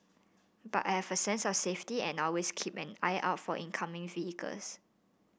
but I have a sense of safety and I always keep an eye out for incoming vehicles